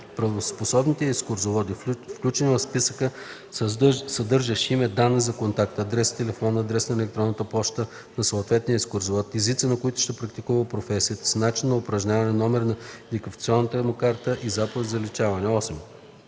правоспособните екскурзоводи, включени в списък, съдържащ име, данни за контакт – адрес, телефон, адрес на електронна поща на съответния екскурзовод, езици, на които ще практикува професията си, начин на упражняване, номер на идентификационната му карта и заповед за заличаване;